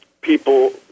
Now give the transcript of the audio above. people